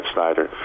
Snyder